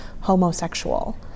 homosexual